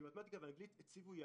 במתמטיקה ואנגלית הציבו יעדים.